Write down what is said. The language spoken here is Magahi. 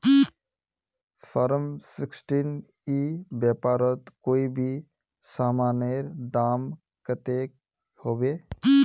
फारम सिक्सटीन ई व्यापारोत कोई भी सामानेर दाम कतेक होबे?